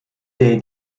they